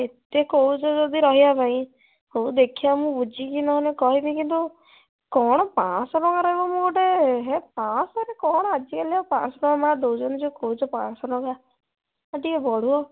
ଏତେ କହୁଛ ଯଦି ରହିବା ପାଇଁ ହଉ ଦେଖିବା ମୁଁ ବୁଝିକି ନହେଲେ କହିବି କିନ୍ତୁ କ'ଣ ପାଞ୍ଚ ଶହ ଟଙ୍କା ରହିବ ମୁଁ ଗୋଟେ ହେ ପାଞ୍ଚ ଶହରେ କ'ଣ ଆଜିକାଲି ଆଉ ପାଞ୍ଚ ଶହ ଟଙ୍କା ମାଆ ଦେଉଛନ୍ତି ଯେ କହୁଛ ପାଞ୍ଚ ଶହ ଟଙ୍କା ଏ ଟିକିଏ ବଢ଼ାଅ